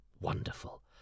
wonderful